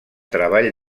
treball